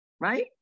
right